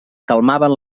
calmaven